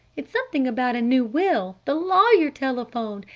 it's something about a new will! the lawyer telephoned!